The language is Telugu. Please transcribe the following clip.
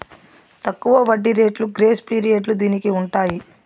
తక్కువ వడ్డీ రేట్లు గ్రేస్ పీరియడ్లు దీనికి ఉంటాయి